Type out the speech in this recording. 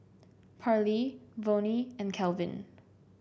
Pairlee Vonnie and Kelvin